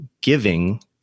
giving